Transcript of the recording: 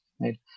right